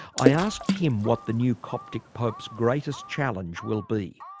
i asked him what the new coptic pope's greatest challenge will be.